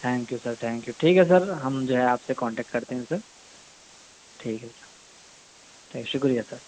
thank you sir thank you ٹھیک ہے sir ہم جو ہے آپ سے کانٹیکٹ کرتے ہیں سر ٹھیک ہے سر ٹھیک شُکریہ سر